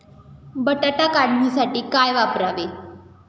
बटाटा काढणीसाठी काय वापरावे?